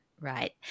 right